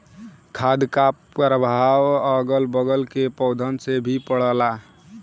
खाद क परभाव अगल बगल के पेड़ पौधन पे भी पड़ला